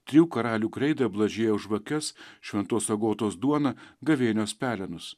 trijų karalių kreidą blažiejaus žvakes šventos agotos duoną gavėnios pelenus